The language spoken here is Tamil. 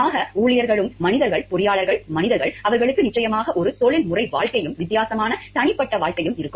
ஆக ஊழியர்களும் மனிதர்கள் பொறியாளர்கள் மனிதர்கள் அவர்களுக்கு நிச்சயமாக ஒரு தொழில்முறை வாழ்க்கையும் வித்தியாசமான தனிப்பட்ட வாழ்க்கையும் இருக்கும்